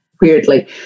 weirdly